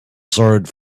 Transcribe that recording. sword